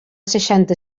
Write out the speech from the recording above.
seixanta